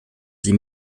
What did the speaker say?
sie